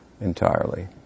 entirely